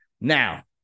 Now